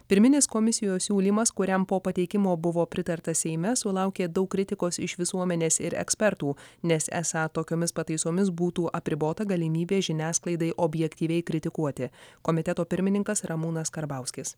pirminis komisijos siūlymas kuriam po pateikimo buvo pritarta seime sulaukė daug kritikos iš visuomenės ir ekspertų nes esą tokiomis pataisomis būtų apribota galimybė žiniasklaidai objektyviai kritikuoti komiteto pirmininkas ramūnas karbauskis